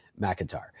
McIntyre